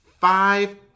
Five